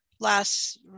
Last